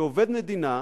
שעובד מדינה,